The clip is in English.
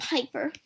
Piper